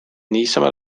niisama